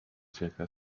zirka